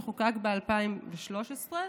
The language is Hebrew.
שחוקק ב-2013,